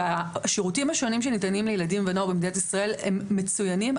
והשירותים השונים שניתנים לילדים ולנוער במדינת ישראל הם מצויינים.